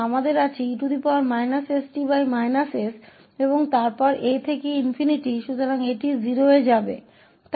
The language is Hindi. तो हमारे पास e st sहै फिर 𝑎 से ∞ तो यह 0 पर जाएगा